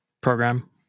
program